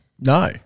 No